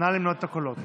נא למנות את הקולות.